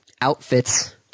outfits